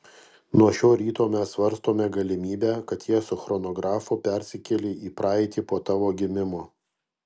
nuo šio ryto mes svarstome galimybę kad jie su chronografu persikėlė į praeitį po tavo gimimo